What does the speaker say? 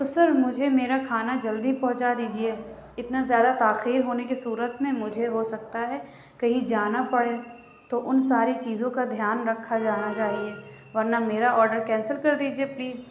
تو سر مجھے میرا کھانا جلدی پہنچا دیجیے اتنا زیادہ تاخیر ہونے کی صورت میں مجھے ہو سکتا ہے کہیں جانا پڑے تو اُن ساری چیزوں کا دھیان رکھا جانا چاہیے ورنہ میرا اوڈر کینسل کر دیجیے پلیز